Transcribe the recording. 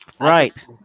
Right